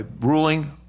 ruling—